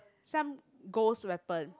some ghost weapon